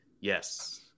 Yes